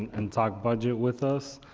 and talk budget with us.